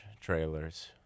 trailers